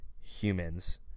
humans